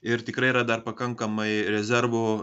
ir tikrai yra dar pakankamai rezervų